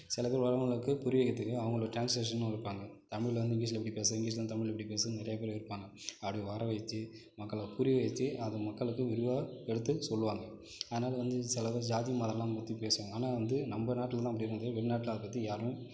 சில பேர் வரவங்களுக்கு புரிய வைக்க தெரியும் அவங்களோடய ட்ரான்ஸ்லேஷனும் இருப்பாங்கள் தமிழ்லேர்ந்து இங்கிலிஷ்ல் எப்படி பேசுகிறது இங்கிலிஷ்லேர்ந்து தமிழில் எப்படி பேசுகிறது நிறையா பேர் இருப்பாங்கள் அப்படி வர வச்சு மக்களை புரிய வச்சு அதை மக்களுக்கு விரிவாக எடுத்து சொல்லுவாங்கள் அதனால் வந்து சில பேர் ஜாதி மதம்லாம் பத்தி பேசுவாங்கள் ஆனால் வந்து நம்ம நாட்டில தான் இப்படி நடக்குது வெளிநாட்டில அதைப் பத்தி யாருமே